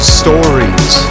stories